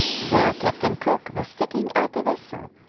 there captain cook was fitting out a vessel,